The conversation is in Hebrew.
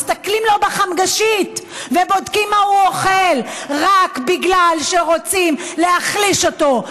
מסתכלים לו בחמגשית ובודקים מה הוא אוכל רק בגלל שרוצים להחליש אותו,